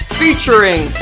featuring